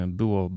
było